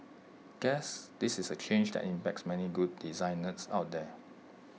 guess this is A change that impacts many good design nerds out there